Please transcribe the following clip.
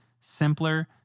simpler